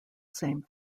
same